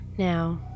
Now